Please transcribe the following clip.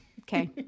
Okay